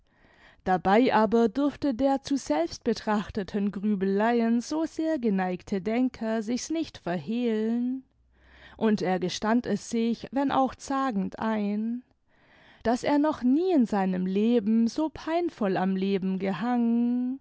dabei aber durfte der zu selbstbetrachtenden grübeleien so sehr geneigte denker sich's nicht verhehlen und er gestand es sich wenn auch zagend ein daß er noch nie in seinem leben so peinvoll am leben gehangen